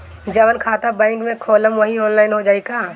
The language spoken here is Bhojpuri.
जवन खाता बैंक में खोलम वही आनलाइन हो जाई का?